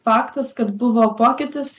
faktas kad buvo pokytis